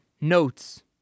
notes